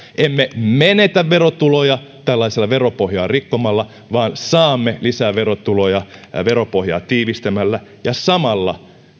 emme menetä verotuloja veropohjaa rikkomalla vaan saamme lisää verotuloja veropohjaa tiivistämällä ja samalla